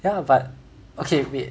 ya but okay wait